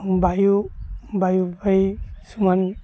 ବାୟୁ ବାୟୁ ଭାଇ ସମାନ